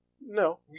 No